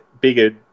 bigger